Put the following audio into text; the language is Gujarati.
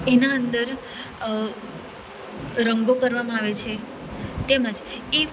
એના અંદર રંગો કરવામાં આવે છે તેમજ એ